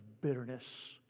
bitterness